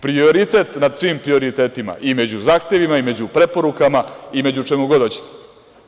Prioritet nad svim prioritetima i među zahtevima i među preporukama i među čemu god hoćete.